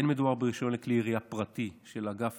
אין מדובר ברישיון לכלי ירייה פרטי של האגף